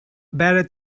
better